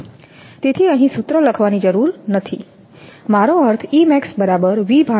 તેથી અહીં સૂત્ર લખવાની જરૂર નથી મારો અર્થ